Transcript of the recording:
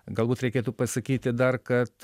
galbūt reikėtų pasakyti dar kad